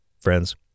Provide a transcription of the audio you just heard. friends